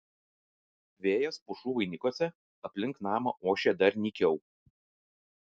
vėjas pušų vainikuose aplink namą ošė dar nykiau